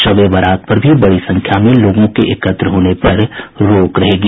शब ए बरात पर भी बड़ी संख्या में लोगों के एकत्र होने पर रोक रहेगी